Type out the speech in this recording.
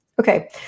okay